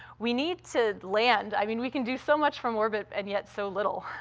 we need to land. i mean, we can do so much from orbit and yet so little.